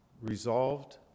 resolved